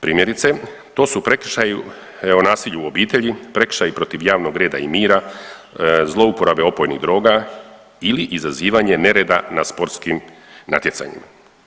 Primjerice to su prekršaji o nasilju u obitelji, prekršaji protiv javnog reda i mira, zlouporabe opojnih droga ili izazivanje nereda na sportskim natjecanjima.